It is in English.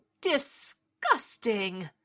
disgusting